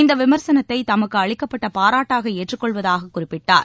இந்த விமர்சனத்தை தமக்கு அளிக்கப்பட்ட பாராட்டாக ஏற்றுக்கொள்வதாகக் குறிப்பிட்டார்